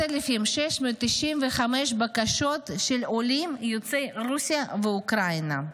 7,695 בקשות הן של עולים יוצאי רוסיה ואוקראינה.